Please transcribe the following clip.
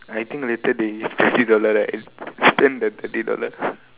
I think later they give thirty dollar right spend the thirty dollar